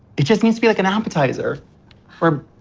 it just needs to be, like, an appetizer or,